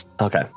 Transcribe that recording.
Okay